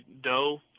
dough